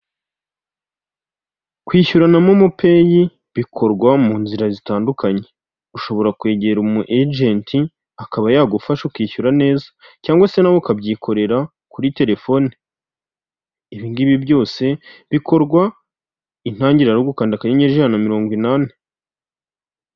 Kwishyura na momo peyi bikorwa mu nzira zitandukanye, ushobora kwegera umu ejenti akaba yagufasha, ukishyura neza cyangwa se nawe ukabyikorera kuri telefone, ibi ngibi byose bikorwa intangiriro ari ugukanda akanyenyeri ijana na mirongo inani.